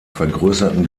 vergrößerten